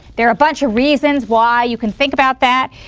there are a bunch of reasons why you can think about that